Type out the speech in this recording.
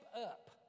up